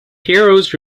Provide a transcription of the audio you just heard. heroes